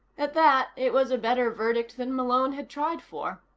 at that, it was a better verdict than malone had tried for.